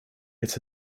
its